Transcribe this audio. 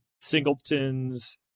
Singletons